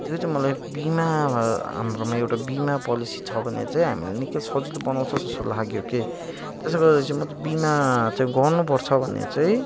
त्यो चाहिँ मलाई बिमा हाम्रोमा एउटा बिमा पोलिसी छ भने चाहिँ हामीलाई निकै सजिलो बनाउँछ जस्तो लाग्यो के त्यसैले गरेपछि चाहिँ म चाहिँ बिमा चाहिँ गर्नुपर्छ भन्ने चाहिँ